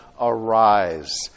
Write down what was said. Arise